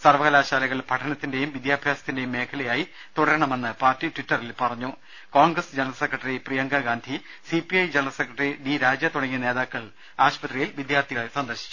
സർവകലാശാലകൾ പഠനത്തിന്റെയും വിദ്യാഭ്യാസത്തിന്റെയും മേഖ ലയായി തുടരണമെന്ന് പാർട്ടി ടിറ്ററിൽ അറിയിച്ചു Congress general secretary Priyanka Gandhi C P I general secretary D Raja തുട ങ്ങിയ നേതാക്കൾ ആശുപത്രിയിൽ വിദ്യാർത്ഥികളെ സന്ദർശിച്ചു